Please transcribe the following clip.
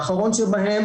האחרון שבהם,